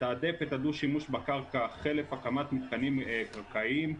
לתעדף את הדו-שימוש בקרקע חלף הקמת מתקנים קרקעיים.